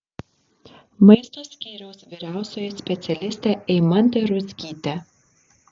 maisto skyriaus vyriausioji specialistė eimantė ruzgytė